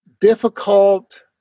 difficult